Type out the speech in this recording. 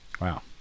Wow